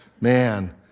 man